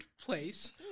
place